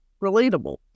relatable